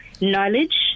knowledge